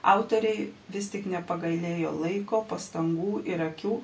autoriai vis tik nepagailėjo laiko pastangų ir akių